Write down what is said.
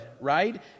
right